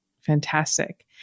fantastic